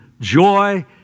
joy